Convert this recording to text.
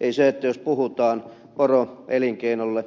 ei se että jos puhutaan poroelinkeinolle